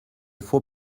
faux